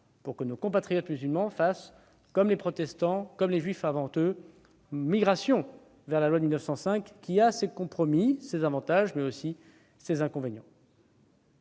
Nos compatriotes musulmans doivent faire, comme les protestants et les juifs avant eux, une migration vers la loi de 1905, laquelle a ses compromis, ses avantages mais aussi ses inconvénients.